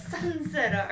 Sunset